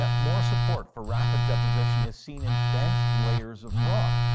ah more support for rapid deposition is seen in bent layers of rock.